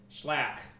Slack